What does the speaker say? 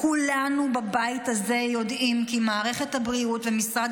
כולנו בבית הזה יודעים כי מערכת הבריאות ומשרד